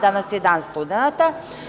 Danas je Dan studenata.